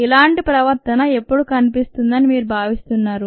ఇలాంటి ప్రవర్తన ఎప్పుడు కనిపిస్తుందని మీరు భావిస్తున్నారు